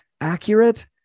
accurate